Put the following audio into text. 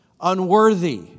unworthy